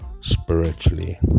spiritually